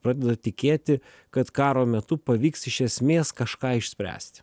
pradeda tikėti kad karo metu pavyks iš esmės kažką išspręsti